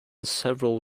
several